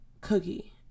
Cookie